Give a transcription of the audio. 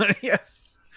Yes